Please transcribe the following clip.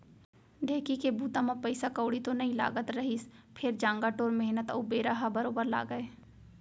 ढेंकी के बूता म पइसा कउड़ी तो नइ लागत रहिस फेर जांगर टोर मेहनत अउ बेरा ह बरोबर लागय